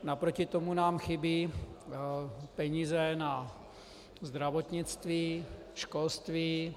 Naproti tomu nám chybí peníze na zdravotnictví, školství.